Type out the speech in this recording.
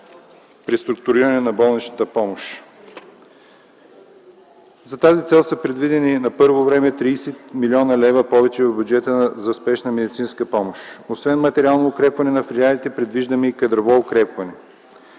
преструктуриране на болничната помощ. За тази цел са предвидени на първо време 30 млн. лв. повече в бюджета на Спешна медицинска помощ. Освен материално укрепване на филиалите предвиждаме и кадрово укрепване.